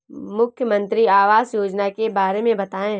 मुख्यमंत्री आवास योजना के बारे में बताए?